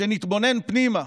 שנתבונן פנימה